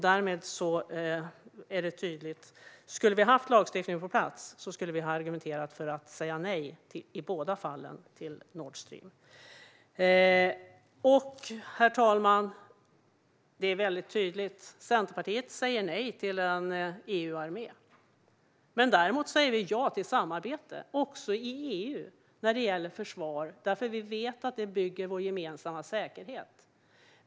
Därmed är det tydligt att skulle vi ha haft lagstiftningen på plats hade vi argumenterat för att säga nej i båda fallen till Nordstream. Herr talman! Det är väldigt tydligt. Centerpartiet säger nej till en EU-armé. Däremot säger vi ja till samarbete också i EU när det gäller försvar därför att vi vet att det bygger vår gemensamma säkerhet.